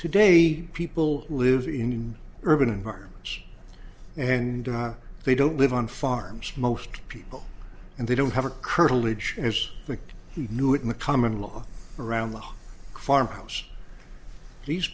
today people live in urban environments and they don't live on farms most people and they don't have a curtilage as he knew in the common law around the farm house these